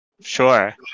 Sure